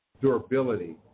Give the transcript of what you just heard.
durability